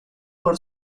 por